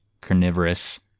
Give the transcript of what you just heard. carnivorous